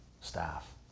staff